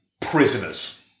...prisoners